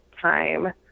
time